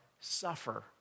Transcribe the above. suffer